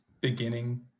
beginning